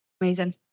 Amazing